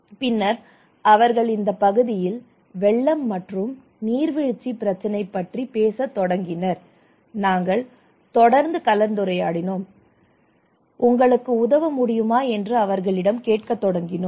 பின்னர் அவர்கள் இந்த பகுதியில் வெள்ளம் மற்றும் நீர்வீழ்ச்சி பிரச்சினை பற்றி பேசத் தொடங்கினர் நாங்கள் தொடர்ந்து கலந்துரையாடினோம் நாங்கள் உங்களுக்கு உதவ முடியுமா என்று அவர்களிடம் கேட்க தொடங்கினோம்